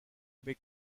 big